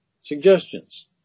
suggestions